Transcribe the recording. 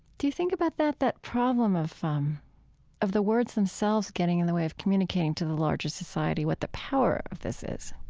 do you think about that, that problem of um of the words themselves getting in the way of communicating to the larger society, what the power of this is?